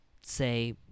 say